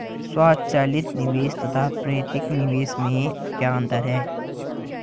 स्वचालित निवेश तथा प्रेरित निवेश में क्या अंतर है?